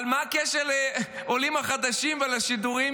אבל מה הקשר לעולים החדשים ולשידורים